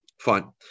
fine